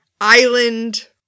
island